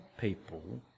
people